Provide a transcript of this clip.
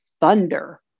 thunder